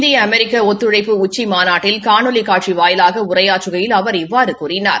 இந்திய அமெிக்க ஒத்துழைப்பு உச்சிமாநாட்டில் காணொலி காட்சி வாயிலாக உரையாற்றுகையில் அவர் இவ்வாறு கூறினார்